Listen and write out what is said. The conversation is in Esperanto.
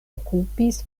okupis